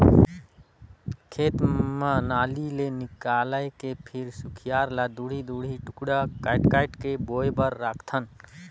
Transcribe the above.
खेत म नाली ले निकायल के फिर खुसियार ल दूढ़ी दूढ़ी टुकड़ा कायट कायट के बोए बर राखथन